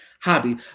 hobby